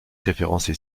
référencés